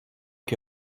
que